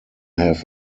have